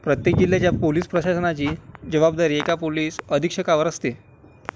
प्रत्येक जिल्ह्याच्या पोलिस प्रशासनाची जबाबदारी एका पोलिस अधीक्षकावर असते